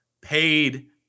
paid